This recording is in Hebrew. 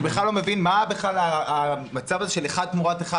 אני בכלל לא מבין מה המצב הזה של אחד תמורת אחד?